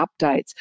updates